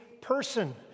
person